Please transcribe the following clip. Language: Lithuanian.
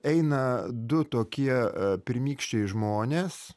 eina du tokie pirmykščiai žmonės